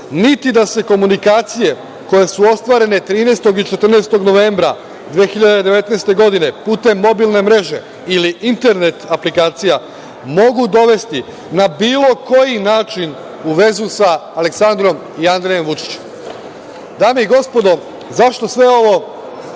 niti da se komunikacije koje su ostvarene 13. i 14. novembra 2019. godine, putem mobilne mreže ili internet aplikacija mogu dovesti na bilo koji način u vezu sa Aleksandrom i Andrejem Vučićem. Dame i gospodo, zašto sve ovo